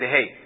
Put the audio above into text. Hey